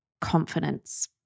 confidence